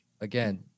again